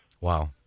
Wow